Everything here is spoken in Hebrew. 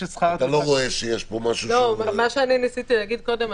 אתה לא רואה שיש פה משהו שהוא --- מה שניסיתי להגיד קודם,